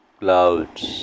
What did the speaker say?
clouds